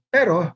Pero